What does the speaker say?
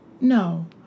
no